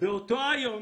באותו היום,